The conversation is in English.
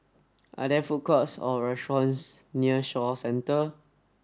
are there food courts or restaurants near Shaw Centre